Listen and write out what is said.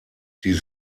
sie